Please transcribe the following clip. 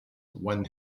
when